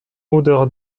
odeur